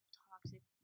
toxic